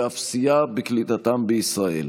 ואף סייע בקליטתם בישראל.